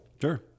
Sure